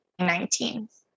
2019